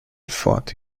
ford